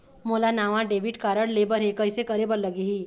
मोला नावा debit card लेबर हे, कइसे करे बर लगही?